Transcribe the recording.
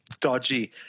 dodgy